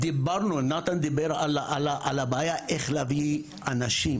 נתן דיבר על הבעיה איך להביא אנשים.